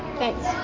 thanks